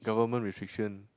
government restriction